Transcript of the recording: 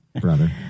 brother